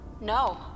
No